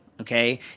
okay